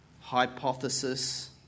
hypothesis